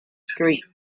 streak